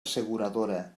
asseguradora